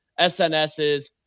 SNSs